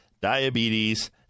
diabetes